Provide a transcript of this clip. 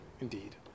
indeed